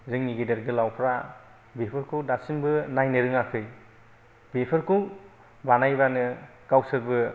जोंनि गेदेत गोलावफ्रा बेफोरखौ दासिमबो नायनो रोङाखै बेफोरखौ बानायबानो गावसोरबो